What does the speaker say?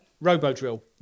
Robo-drill